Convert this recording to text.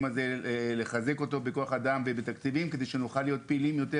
הזה ולחזק אותו בכוח אדם ותקציבים כדי שנוכל להיות פעילים יותר.